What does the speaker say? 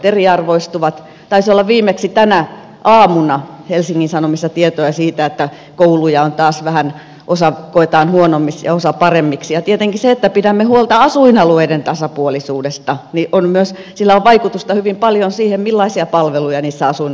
taisi olla viimeksi tänä aamuna helsingin sanomissa tietoja siitä että kouluista taas vähän osa koetaan huonommiksi ja osa paremmiksi ja tietenkin sillä että pidämme huolta asuinalueiden tasapuolisuudesta on vaikutusta hyvin paljon siihen millaisia palveluja niillä asuinalueilla on